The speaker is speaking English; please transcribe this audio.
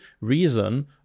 reason